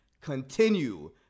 continue